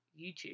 YouTube